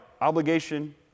obligation